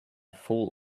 fool